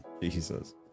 Jesus